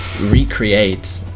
recreate